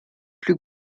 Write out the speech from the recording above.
plus